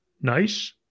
nice